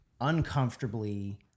uncomfortably